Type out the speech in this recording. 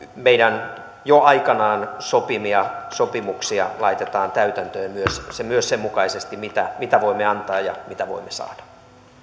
meidän jo aikanaan sopimiamme sopimuksia laitetaan täytäntöön myös sen mukaisesti mitä mitä voimme antaa ja mitä voimme saada